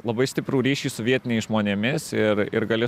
labai stiprų ryšį su vietiniais žmonėmis ir ir gali